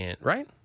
right